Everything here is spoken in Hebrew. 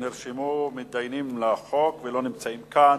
נרשמו מתדיינים לחוק והם לא נמצאים כאן,